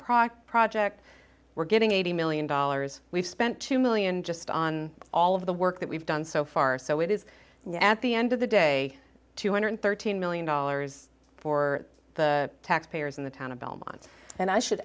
project project we're getting eighty million dollars we've spent two million just on all of the work that we've done so far so it is at the end of the day two hundred thirteen million dollars for the taxpayers in the town of belmont and i should